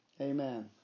Amen